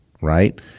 right